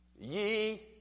Ye